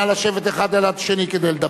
נא לשבת האחד ליד השני כדי לדבר.